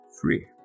free